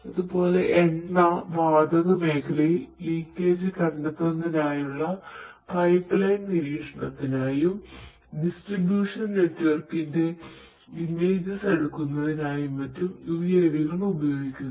അതുപോലെ എണ്ണ വാതക മേഖലയിൽ ലീക്കേജ് എടുക്കുന്നതിനായും മറ്റും UAV കൾ ഉപയോഗിക്കുന്നു